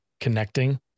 connecting